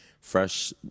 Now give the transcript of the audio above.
fresh